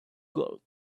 gold